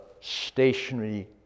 stationary